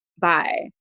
bye